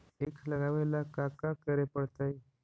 ईख लगावे ला का का करे पड़तैई?